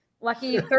lucky